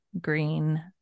green